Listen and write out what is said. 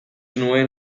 nuen